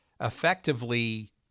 effectively